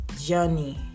journey